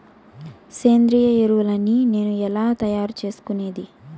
సేంద్రియ ఎరువులని నేను ఎలా తయారు చేసుకునేది?